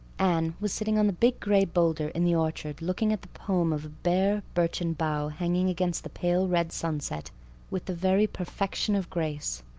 anne was sitting on the big gray boulder in the orchard looking at the poem of a bare, birchen bough hanging against the pale red sunset with the very perfection of grace.